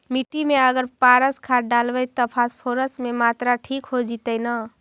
मिट्टी में अगर पारस खाद डालबै त फास्फोरस के माऋआ ठिक हो जितै न?